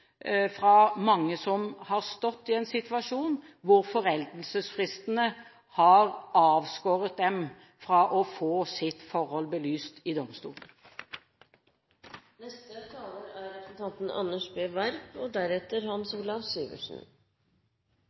fra mange som har stått i en situasjon hvor foreldelsesfristen har avskåret dem fra å få sitt forhold belyst i